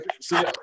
see